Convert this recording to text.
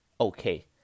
Okay